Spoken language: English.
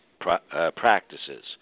practices